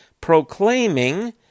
proclaiming